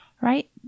right